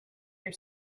your